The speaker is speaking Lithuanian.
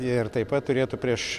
ir taip pat turėtų prieš